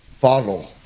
bottle